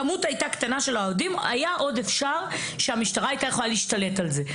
כמות האוהדים היתה קטנה והמשטרה עוד היתה יכולה להשתלט על זה.